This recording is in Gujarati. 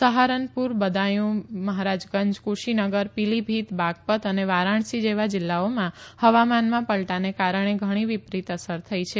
સહારનપુર લદાયું મહારાજગંજ કુશીનગર પીલીભીત બાગપત અને વારાણસી જેવા જિલ્લાઓમાં હવામાનમાં પલટાને કારણે ઘણી વિપરીત અસર થઈ છે